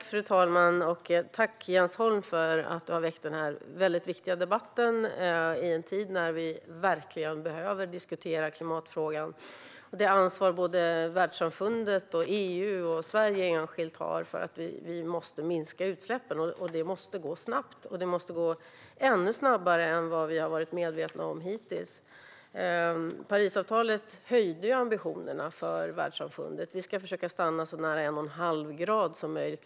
Fru talman! Tack, Jens Holm, för att du har väckt denna viktiga debatt i en tid då vi verkligen behöver diskutera klimatfrågan! Såväl världssamfundet som EU och Sverige som enskilt land har ett ansvar att minska utsläppen, och det måste gå snabbt. Det måste gå ännu snabbare än vad vi har varit medvetna om hittills. Parisavtalet höjde ambitionerna för världssamfundet. Vi ska försöka stanna så nära en och en halv grad som möjligt.